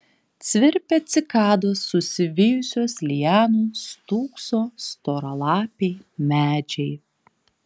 svirpia cikados susivijusios lianos stūkso storalapiai medžiai